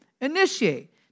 initiate